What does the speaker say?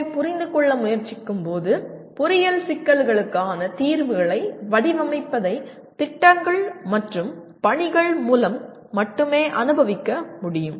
vibe புரிந்துகொள்ள முயற்சிக்கும்போது பொறியியல் சிக்கல்களுக்கான தீர்வுகளை வடிவமைப்பதை திட்டங்கள் மற்றும் பணிகள் மூலம் மட்டுமே அனுபவிக்க முடியும்